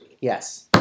Yes